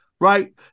right